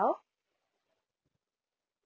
~ell